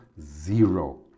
Zero